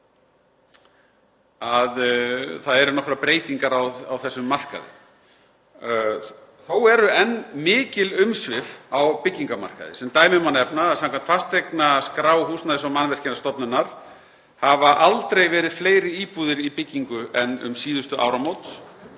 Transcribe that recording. það eru nokkrar breytingar á þessum markaði. Þó eru enn mikil umsvif á byggingarmarkaði. Sem dæmi má nefna að samkvæmt fasteignaskrá Húsnæðis- og mannvirkjastofnunar hafa aldrei verið fleiri íbúðir í byggingu en um síðustu áramót